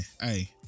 Hey